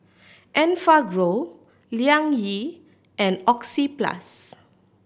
Enfagrow Liang Yi and Oxyplus